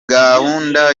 gahunda